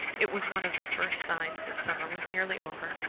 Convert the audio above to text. it was one of the first signs that summer was nearly over,